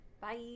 Bye